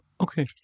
Okay